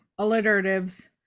alliteratives